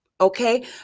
okay